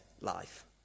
life